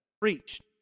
preached